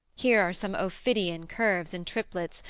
here are some ophidian curves in triplets,